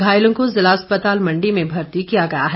घायलों को जिला अस्पताल मण्डी में भर्ती किया गया है